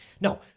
No